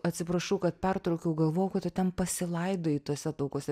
atsiprašau kad pertraukiau galvojau kad tu ten pasilaidojai tuose taukuose